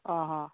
आं हां आं